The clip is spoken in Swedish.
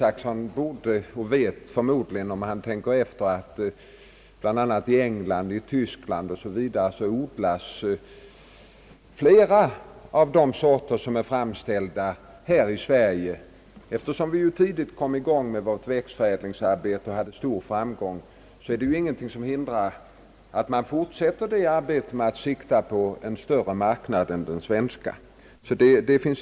Herr Isacson vet förmodligen, om han tänker efter, att i bl.a. England och Tyskland odlas flera sorter som är framställda här i Sverige. Eftersom vi tidigt kom i gång med vårt växtförädlingsarbete och hade stor framgång, är det ingenting som hindrar att man fortsätter det arbetet med sikte på en större marknad än den svenska.